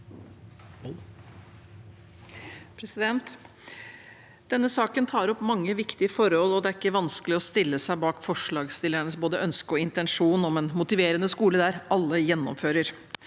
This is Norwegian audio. Denne saken tar opp mange viktige forhold, og det er ikke vanskelig å stille seg bak forslagsstillernes ønske og intensjon om en motiverende skole der alle gjennomfører.